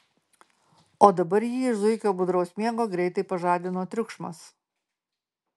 o dabar jį iš zuikio budraus miego greitai pažadino triukšmas